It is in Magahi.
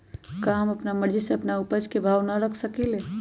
का हम अपना मर्जी से अपना उपज के भाव न रख सकींले?